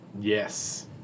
yes